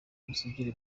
ubusugire